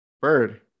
Bird